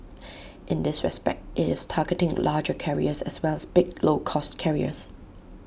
in this respect IT is targeting larger carriers as well as big low cost carriers